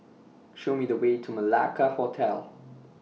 Show Me The Way to Malacca Hotel